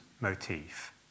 motif